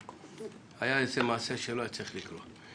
היה איזה מעשה שלא היה צריך לקרות.